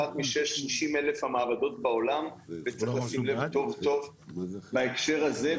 אחת מ-60,000 המעבדות בעולם שעובדות בהקשר הזה.